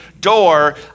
door